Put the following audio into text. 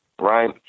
right